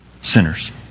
sinners